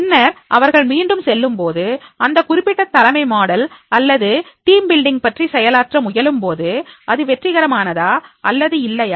பின்னர் அவர்கள் மீண்டும் செல்லும்போது அந்த குறிப்பிட்ட தலைமை மாடல் அல்லது டீம் பில்டிங் பற்றி செயலாற்ற முயலும்போது அது வெற்றிகரமானதா அல்லது இல்லையா